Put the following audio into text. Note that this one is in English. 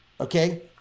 Okay